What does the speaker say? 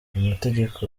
amategeko